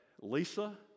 Lisa